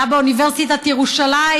היה באוניברסיטת ירושלים,